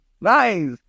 Nice